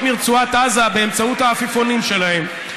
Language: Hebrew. מרצועת עזה באמצעות העפיפונים שלהם.